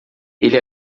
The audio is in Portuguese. ele